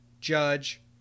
Judge